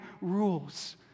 rules